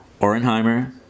Orenheimer